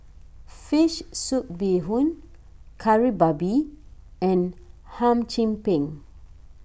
Fish Soup Bee Hoon Kari Babi and Hum Chim Peng